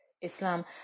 islam